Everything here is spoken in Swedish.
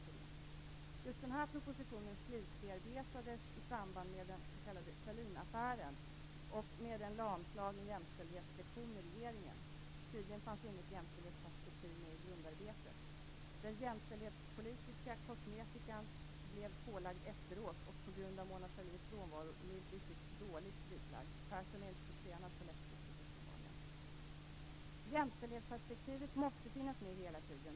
Just den här propositionen slutbearbetades i samband med den s.k. Sahlinaffären och med en lamslagen jämställdhetssektion i regeringen. Tydligen fanns inget jämställdhetsperspektiv med i grundarbetet. Den jämställdhetspolitiska kosmetikan blev pålagd efteråt och på grund av Mona Sahlins frånvaro milt uttryckt dåligt pålagd. Persson är uppenbarligen inte så tränad med läppstiftet. Jämställdhetsperspektivet måste finnas med hela tiden.